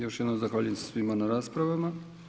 Još jednom zahvaljujem se svima na raspravama.